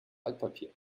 altpapier